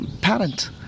parent